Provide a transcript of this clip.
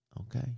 okay